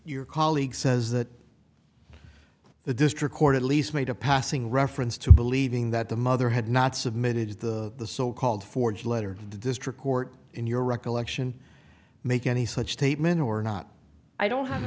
your colleague says that the district court at least made a passing reference to believing that the mother had not submitted the the so called forged letter the district court in your recollection make any such statement or not i don't have